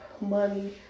money